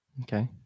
Okay